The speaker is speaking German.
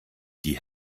die